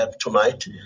tonight